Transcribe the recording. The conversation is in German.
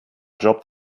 jobbt